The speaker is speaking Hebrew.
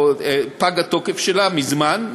פג התוקף שלה מזמן,